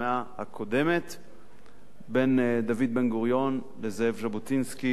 הקודמת בין דוד בן-גוריון לזאב ז'בוטינסקי,